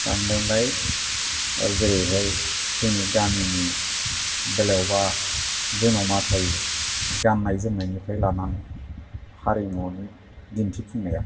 जेरैहाय जोंनि गामिनि बेलायावबा जोंनाव मा थायो गाननाय जोमनायनिफ्राय लानानै हारिमुनि दिन्थिफुंनायाव